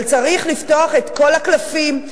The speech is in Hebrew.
צריך לפתוח את כל הקלפים,